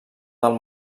del